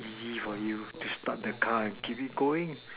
easy for you to start the car and keep it going